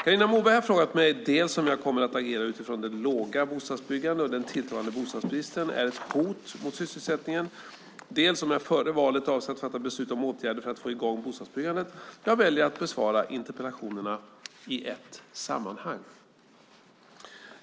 Carina Moberg har frågat mig dels om jag kommer att agera utifrån att det låga bostadsbyggandet och den tilltagande bostadsbristen är ett hot mot sysselsättningen, dels om jag före valet avser att fatta beslut om åtgärder för att få i gång bostadsbyggandet. Jag väljer att besvara interpellationerna i ett sammanhang.